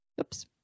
Oops